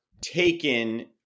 taken